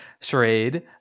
charade